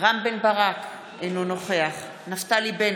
אינו נוכח נפתלי בנט,